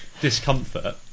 discomfort